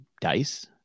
dice